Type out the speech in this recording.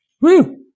Woo